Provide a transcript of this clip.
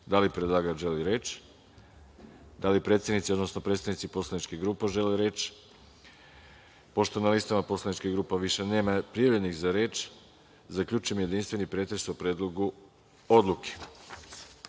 li predlagač želi reč? (Ne)Da li predsednici, odnosno predstavnici poslaničkih grupa žele reč? (Ne)Pošto na listama poslaničkih grupa više nema prijavljenih za reč, zaključujem jedinstveni pretres o Predlogu odluke. Sa